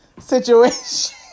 situation